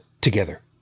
together